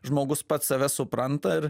žmogus pats save supranta ir